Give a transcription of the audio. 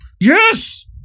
yes